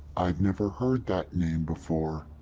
i've never heard that name before.